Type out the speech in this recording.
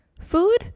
Food